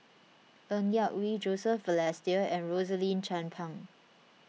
Ng Yak Whee Joseph Balestier and Rosaline Chan Pang